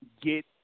get –